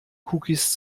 cookies